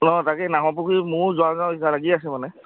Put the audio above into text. অঁ তাকেই নাহৰপুখুৰী মইও যাওঁ যাওঁ লাগি আছে মানে